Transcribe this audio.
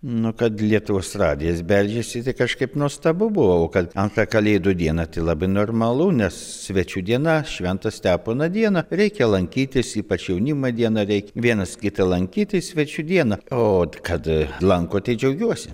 nu kad lietuvos radijas beldžiasi tai kažkaip nuostabu buvo kad antrą kalėdų dieną tai labai normalu nes svečių diena švento stepono dieną reikia lankytis ypač jaunimą dieną reik vienas kitą lankyti svečių dieną o tai kad lanko tai džiaugiuosi